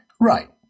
Right